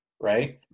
right